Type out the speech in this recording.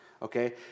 Okay